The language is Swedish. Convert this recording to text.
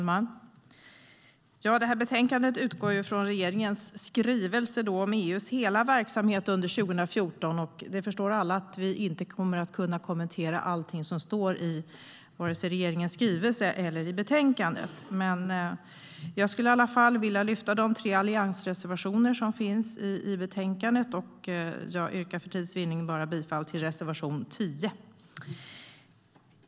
Herr talman! Betänkandet utgår från regeringens skrivelse om EU:s hela verksamhet under 2014. Alla förstår att vi inte kommer att kunna kommentera allting som står i regeringens skrivelse eller i betänkandet. Men jag skulle i alla fall vilja lyfta de tre alliansreservationer som finns i betänkandet. Jag yrkar för tids vinnande bifall bara till reservation 10.